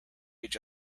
each